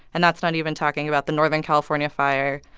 and that's not even talking about the northern california fire,